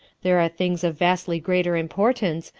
there are things of vastly greater importance,